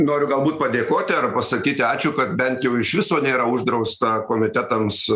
noriu galbūt padėkoti ar pasakyti ačiū kad bent jau iš viso nėra uždrausta komitetams